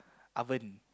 oven